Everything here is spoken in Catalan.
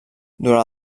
durant